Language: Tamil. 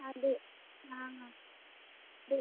நான் வந்து இது